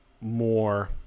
more